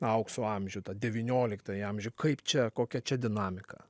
aukso amžių tą devynioliktąjį amžių kaip čia kokia čia dinamika